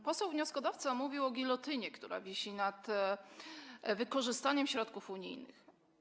Poseł wnioskodawca mówił o gilotynie, która wisi nad wykorzystaniem środków unijnych.